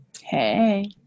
Hey